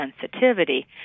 sensitivity